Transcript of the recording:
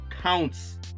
counts